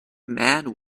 man